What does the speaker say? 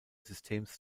systems